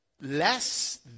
less